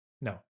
No